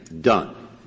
done